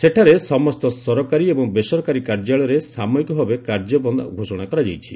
ସେଠାରେ ସମସ୍ତ ସରକାରୀ ଏବଂ ବେସରକାରୀ କାର୍ଯ୍ୟାଳୟରେ ସାମୟିକ ଭାବେ କାର୍ଯ୍ୟ ବନ୍ଦ୍ ଘୋଷଣା କରାଯାଇଛି